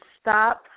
stop